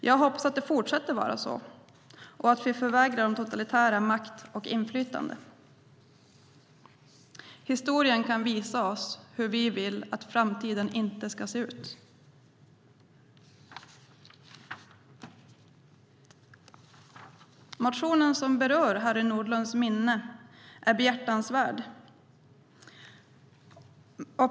Jag hoppas att det fortsätter vara så och att vi förvägrar de totalitära makt och inflytande. Historien kan visa oss hur vi vill att framtiden inte ska se ut. Motionen som berör Harry Nordlunds minne är behjärtansvärd.